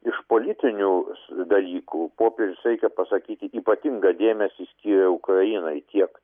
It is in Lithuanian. iš politinių dalykų popiežius reikia pasakyti ypatingą dėmesį skyrė ukrainai tiek